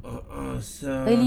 uh uh sia